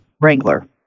Wrangler